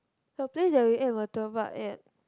the place that we eat Murtabak at